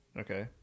Okay